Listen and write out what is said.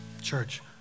Church